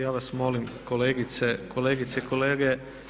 Ja vas molim kolegice i kolege!